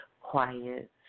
quiet